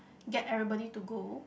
get everybody to go